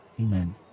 Amen